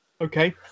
Okay